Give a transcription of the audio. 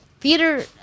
theater